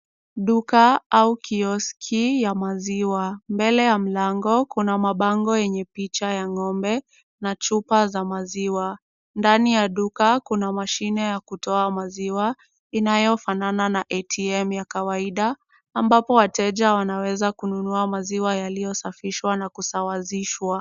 Duka au kioski ya maziwa. Mbele ya mlango kuna mabango yenye picha ya ng'ombe na chupa za maziwa. Ndani ya duka kuna mashine ya kutoa maziwa, inayofanana na ATM ya kawaida, ambapo wateja wanaweza kununua maziwa yaliyosafishwa na kusawazishwa.